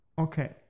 Okay